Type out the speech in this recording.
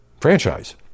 franchise